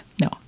No